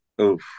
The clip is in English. Oof